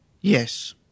Yes